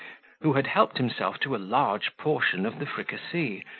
who had helped himself to a large portion of the fricassee,